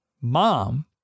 Mom